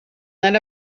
than